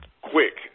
quick